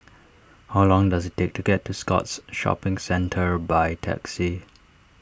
how long does it take to get to Scotts Shopping Centre by taxi